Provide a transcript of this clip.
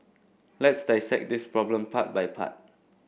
let's dissect this problem part by part